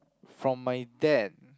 from my dad